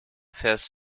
fährst